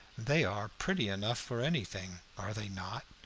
they are pretty enough for anything, are they not?